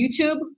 YouTube